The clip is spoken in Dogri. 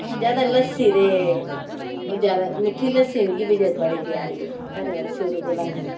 ज्यादा लस्सी ते ओह् ज्यादा मिट्ठी लस्सी मिकी बी बड़ी प्यारी ऐ घरे दा शुरू कोला